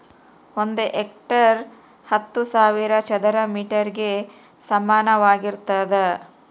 ಒಂದು ಹೆಕ್ಟೇರ್ ಹತ್ತು ಸಾವಿರ ಚದರ ಮೇಟರ್ ಗೆ ಸಮಾನವಾಗಿರ್ತದ